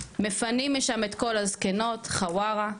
מפנים משם את כל הזקנות חווארה,